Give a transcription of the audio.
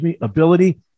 ability